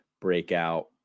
breakout